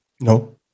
No